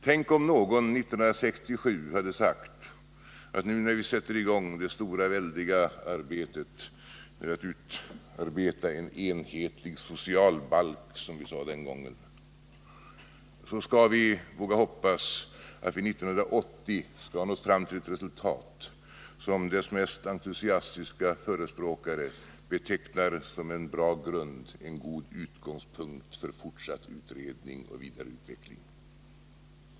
Tänk om någon 1967 hade sagt: Nu när vi sätter i gång det stora arbetet med att utarbeta en enhetlig socialbalk — som vi sade den gången — skall vi våga hoppas att vi 1980 skall ha nått fram till ett resultat som dess mest entusiastiska förespråkare betecknar som en bra grund, en god utgångspunkt för fortsatt utredning och vidareutveckling.